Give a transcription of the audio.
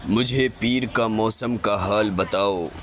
مجھ ے پیر کا موسم کا حال بتاؤ